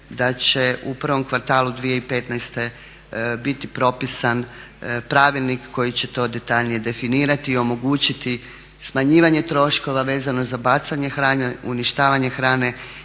da će u prvom kvartalu 2015. biti propisan pravilnik koji će to detaljnije definirati i omogućiti smanjivanje troškova vezano za bacanje hrane, uništavanje hrane